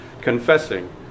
confessing